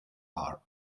are